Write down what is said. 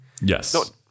Yes